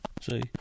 See